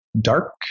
dark